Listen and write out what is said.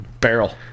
Barrel